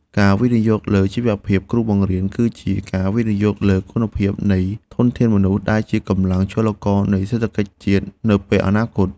ការវិនិយោគលើជីវភាពគ្រូបង្រៀនគឺជាការវិនិយោគលើគុណភាពនៃធនធានមនុស្សដែលជាកម្លាំងចលករនៃសេដ្ឋកិច្ចជាតិ នៅពេលអនាគត។